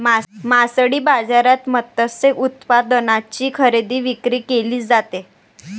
मासळी बाजारात मत्स्य उत्पादनांची खरेदी विक्री केली जाते